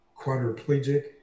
quadriplegic